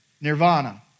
Nirvana